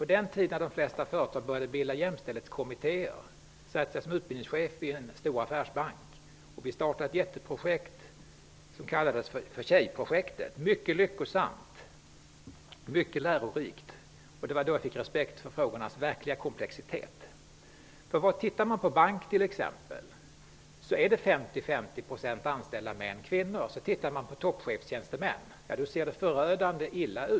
På den tiden när de flesta företag började bilda jämställdhetskommittéer satt jag som utbildningschef på en stor affärsbank. Vi startade ett jätteprojekt som kallades för Tjejprojektet. Det var mycket lyckosamt och mycket lärorikt. Det var då jag fick respekt för frågornas verkliga komplexitet. Om vi tittar på de anställda på bankerna t.ex. är det 50 % män och 50 % kvinnor. Om vi sedan tittar på toppchefstjänstemän ser det förödande illa ut.